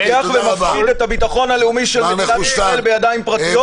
לוקח ומפקיד את הביטחון הלאומי של מדינת ישראל בידיים פרטיות?